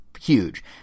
huge